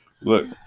Look